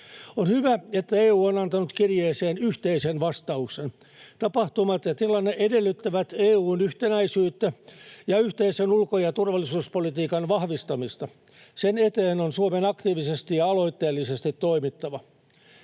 On hyvä, että EU on antanut kirjeeseen yhteisen vastauksen. Tapahtumat ja tilanne edellyttävät EU:n yhtenäisyyttä ja yhteisen ulko- ja turvallisuuspolitiikan vahvistamista. Sen eteen on Suomen aktiivisesti ja aloitteellisesti toimittava.